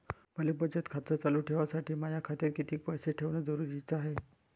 मले बचत खातं चालू ठेवासाठी माया खात्यात कितीक पैसे ठेवण जरुरीच हाय?